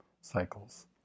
cycles